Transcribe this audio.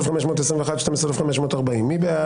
12,461 עד 12,480, מי בעד?